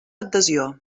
adhesió